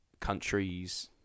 countries